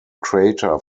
crater